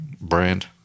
brand